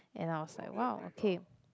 and I was like !wow! okay